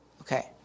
Okay